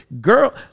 girl